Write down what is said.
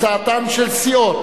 הצעתן של סיעות